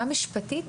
מבחינה משפטית,